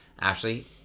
Ashley